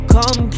Come